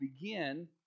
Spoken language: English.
begin